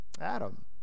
adam